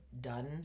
done